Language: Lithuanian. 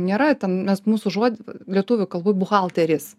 nėra ten mes mūsų žod lietuvių kalboj buhalteris